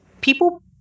people